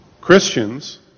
Christians